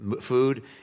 food